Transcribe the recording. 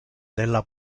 della